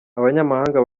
abanyamahanga